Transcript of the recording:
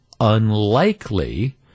unlikely